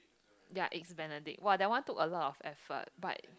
their egg's Benedict !wah! that one took a lot of effort but